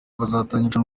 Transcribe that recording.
bazatangira